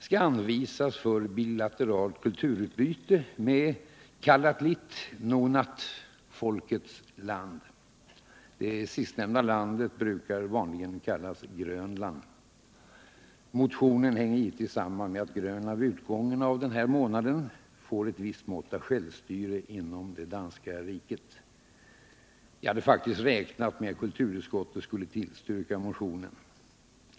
skall anvisas för bilateralt kulturutbyte med Kalatlit Nunaat-folkets land. Det sistnämnda landet kallas vanligen Grönland. Motionen hänger givetvis samman med att Grönland vid utgången av den här månaden får ett visst mått av självstyre inom det danska riket. Jag hade faktiskt räknat med att kulturutskottet skulle tillstyrka motionen.